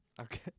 Okay